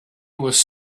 was